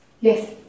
yes